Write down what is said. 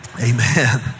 Amen